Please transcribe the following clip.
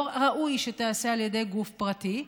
לא ראוי שתיעשה על ידי גוף פרטי,